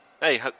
Hey